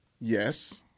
yes